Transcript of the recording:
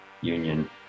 Union